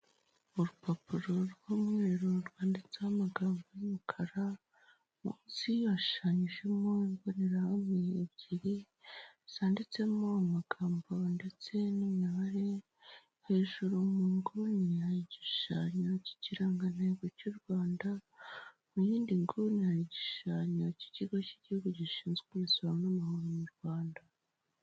Urupapuro rw'umweru rwanditseho amagambo y'umukara, munsi hashushanyijemo imbonerahamwe ebyiri, zanditsemo amagambo ndetse n'imibare, hejuru mu nguni hari igishushanyo cy'ikirangantego cy'u Rwanda, mu yindi nguni hari igishushanyo cy'ikigo cy'igihugu gishinzwe imisoro n'amahoro mu Rwanda.